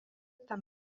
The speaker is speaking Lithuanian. tam